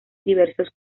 diversos